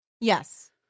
Yes